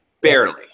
barely